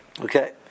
Okay